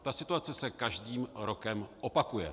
Ta situace se každým rokem opakuje.